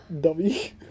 dummy